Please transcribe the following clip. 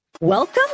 Welcome